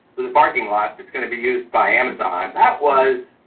the parking lot that's gonna be used by amazon, that was,